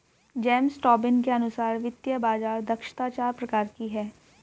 James Tobin के अनुसार वित्तीय बाज़ार दक्षता चार प्रकार की है